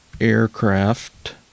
aircraft